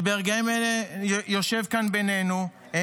שברגעים אלה יושב כאן בינינו,